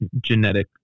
genetic